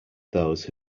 those